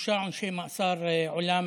שלושה עונשי מאסר עולם